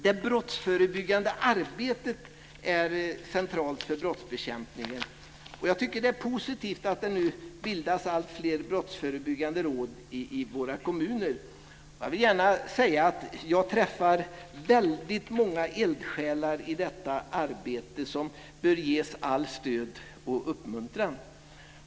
Det brottsförebyggande arbetet är centralt för brottsbekämpning. Jag tycker att det är positivt att det nu bildas alltfler brottsförebyggande råd i våra kommuner. Jag träffar väldigt många eldsjälar i detta arbete som bör ges stöd och uppmuntran.